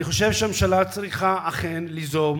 אני חושב שהממשלה צריכה, אכן, ליזום